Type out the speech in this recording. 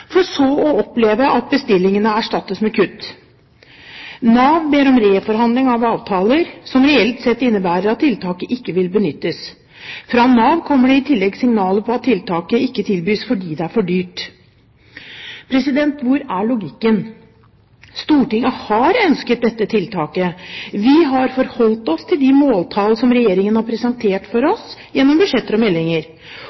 for så å oppleve at bestillingene erstattes med kutt. Nav ber om reforhandling av avtaler, som reelt sett innebærer at tiltaket ikke vil benyttes. Fra Nav kommer det i tillegg signaler om at tiltaket ikke tilbys fordi det er for dyrt. Hvor er logikken? Stortinget har ønsket dette tiltaket. Vi har forholdt oss til de måltall som Regjeringen har presentert for